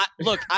look